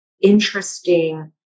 interesting